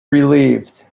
relieved